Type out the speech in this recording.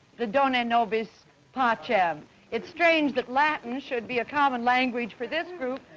the dona nobis pachem it's strange that latin should be a common language for this group.